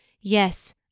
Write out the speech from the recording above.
Yes